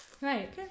Right